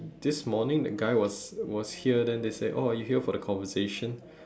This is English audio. this morning that guy was was here then they said oh are you here for the conversation